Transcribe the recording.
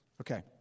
Okay